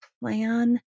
plan